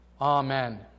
Amen